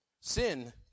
sin